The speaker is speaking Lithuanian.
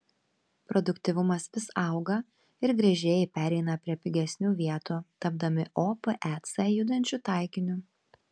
produktyvumas vis auga ir gręžėjai pereina prie pigesnių vietų tapdami opec judančiu taikiniu